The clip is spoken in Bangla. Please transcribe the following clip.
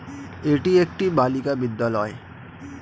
এটি একটি বালিকা বিদ্যালয়